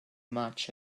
match